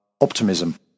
optimism